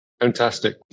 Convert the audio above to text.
Fantastic